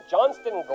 Johnston